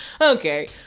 okay